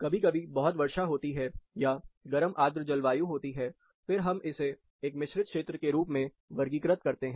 कभी कभी बहुत वर्षा होती है या गरम आर्द्र जलवायु होती है फिर हम इसे एक मिश्रित क्षेत्र के रूप में वर्गीकृत करते हैं